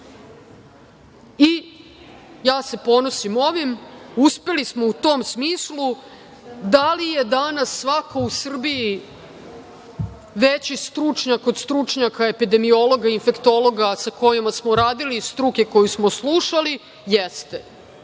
se ponosim ovim, uspeli smo u tom smislu. Da li je danas svako u Srbiji veći stručnjak od stručnjaka epidemiologa i infektologa sa kojima smo radili i struke koju smo slušali? Jeste,